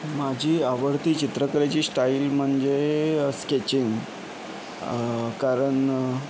माझी आवडती चित्रकलेची स्टाईल म्हणजे स्केचिंग कारण